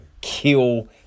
kill